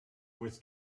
with